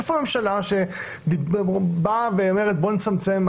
איפה הממשלה שבאה ואומרת בואו נצמצם?